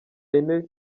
yine